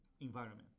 environment